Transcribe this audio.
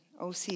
OC